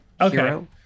Okay